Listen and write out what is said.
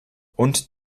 und